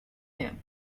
him